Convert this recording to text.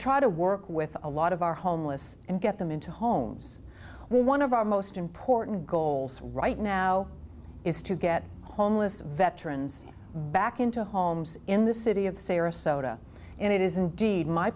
try to work with a lot of our homeless and get them into homes where one of our most important goals right now is to get homeless veterans back into homes in the city of sarasota and it isn't